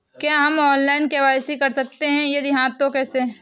क्या हम online KYC कर सकते हैं यदि हाँ तो कैसे?